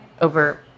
over